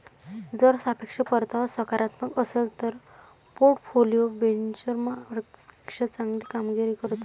जर सापेक्ष परतावा सकारात्मक असेल तर पोर्टफोलिओ बेंचमार्कपेक्षा चांगली कामगिरी करतो